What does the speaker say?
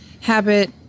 habit